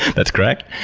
that's correct.